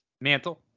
mantle